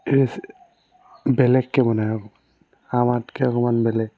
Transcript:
ৰেচি বেলেগকৈ বনায় আমাতকৈ অকণমান বেলেগ